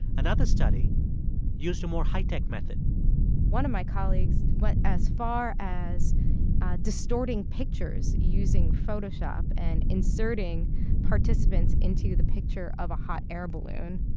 another study used a more high-tech method one of my colleagues went as far as distorting pictures using photoshop and inserting participants into the picture of a hot air balloon.